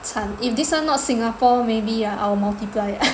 惨 if these one not Singapore maybe ah I will multiply eh